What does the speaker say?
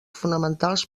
fonamentals